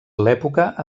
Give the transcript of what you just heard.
l’època